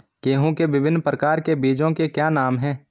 गेहूँ के विभिन्न प्रकार के बीजों के क्या नाम हैं?